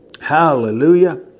Hallelujah